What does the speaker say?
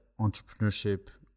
entrepreneurship